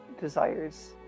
desires